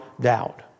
doubt